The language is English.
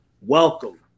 Welcome